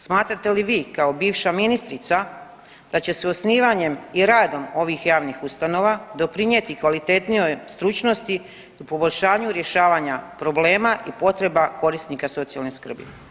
Smatrate li vi kao bivša ministrica da će se osnivanjem i radom ovih javnih ustanova doprinijeti kvalitetnijoj stručnosti u poboljšanju rješavanja problema i potreba korisnika socijalne skrbi?